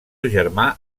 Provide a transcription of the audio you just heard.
germà